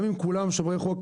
גם אם כולם שומרי חוק,